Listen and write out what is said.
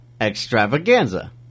extravaganza